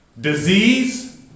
disease